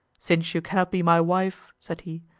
since you cannot be my wife, said he,